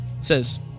says